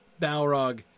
Balrog